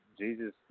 Jesus